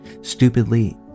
Stupidly